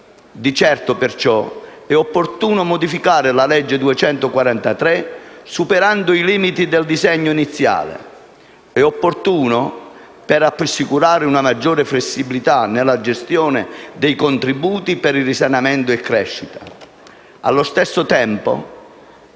Di certo, perciò, è opportuno modificare la legge n. 243 del 2012, superando i limiti del disegno iniziale. È opportuno per assicurare una maggiore flessibilità nella gestione dei contributi per risanamento e crescita. Allo stesso tempo,